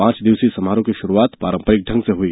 पांच दिवसीय समारोह की शुरूआत पारंपरिक ढंग से हुई